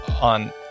On